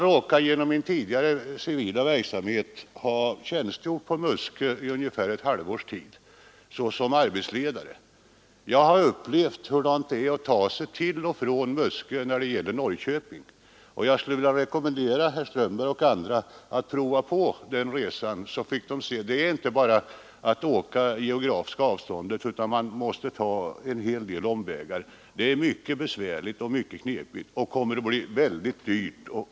I min tidigare civila verksamhet råkar jag ha tjänstgjort på Muskö i ungefär ett halvt års tid. Jag har upplevt hur svårt det är att ta sig från Norrköping till Muskö och tillbaka, och jag skulle vilja rekommendera herr Strömberg i Botkyrka och andra att prova på den resan. Då får ni se att det inte bara är att åka fågelvägen, utan man måste ta en hel del omvägar. Det är mycket besvärligt och knepigt, och det blir väldigt dyrt.